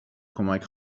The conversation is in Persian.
کمک